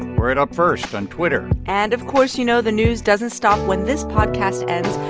we're at upfirst on twitter and, of course, you know the news doesn't stop when this podcast ends,